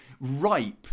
ripe